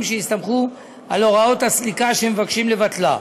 שהסתמכו על הוראת הסליקה שמבקשים לבטלה.